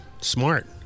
Smart